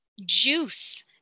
juice